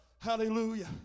Hallelujah